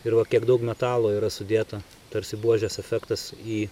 ir va kiek daug metalo yra sudėta tarsi buožės efektas į